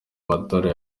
matora